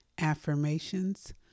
affirmations